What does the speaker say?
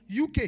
UK